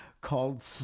called